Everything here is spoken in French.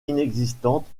inexistante